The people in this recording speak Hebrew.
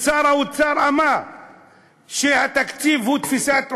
ושר האוצר אמר שהתקציב הוא תפיסת עולם.